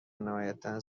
نهایتا